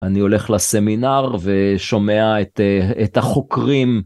אני הולך לסמינר ושומע את החוקרים.